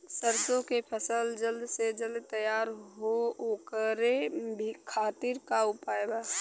सरसो के फसल जल्द से जल्द तैयार हो ओकरे खातीर का उपाय बा?